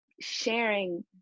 sharing